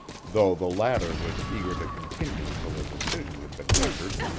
though the latter was eager to continue until a decision had been rendered.